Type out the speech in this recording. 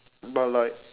but like